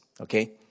okay